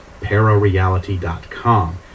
parareality.com